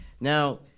Now